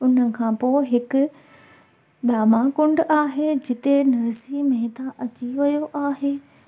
उन खां पोइ हिकु दामाकुण्ड आहे जिते नरसी मेहता अची वियो आहे